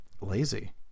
lazy